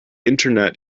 internet